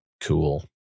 cool